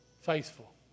faithful